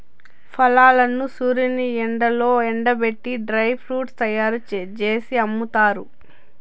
ఫలాలను సూర్యుని ఎండలో ఎండబెట్టి డ్రై ఫ్రూట్స్ తయ్యారు జేసి అమ్ముతారు